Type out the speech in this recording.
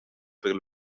per